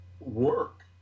work